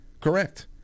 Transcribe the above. correct